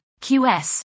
QS